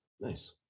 Nice